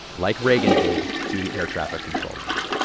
like reagan did to the air-traffic controllers.